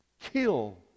kill